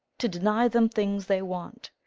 to deny them things they want,